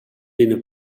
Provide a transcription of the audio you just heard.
binne